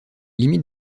limites